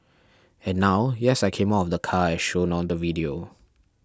and now yes I came out of the car as shown on the video